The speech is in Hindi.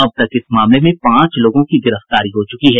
अब तब इस मामले में पांच लोगों की गिरफ्तारी हो चुकी है